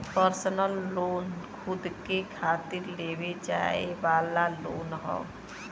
personal loan खुद के खातिर लेवे जाये वाला लोन हौ